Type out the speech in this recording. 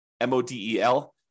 M-O-D-E-L